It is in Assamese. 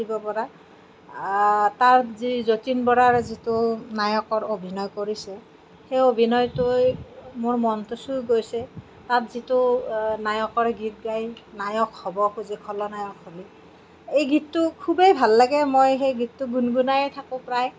তাত যি যতীন বৰাৰ যিটো নায়কৰ অভিনয় কৰিছে সেই অভিনয়টোৱে মোৰ মনটো চুই গৈছে তাত যিটো নায়কৰ গীত গায় নায়ক হ'ব খুজি খলনায়ক হ'লো এই গীতটো খুবেই ভাল লাগে মই সেই গীতটো গুণগুণাইয়ে থাকো প্ৰায়